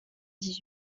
dix